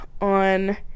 on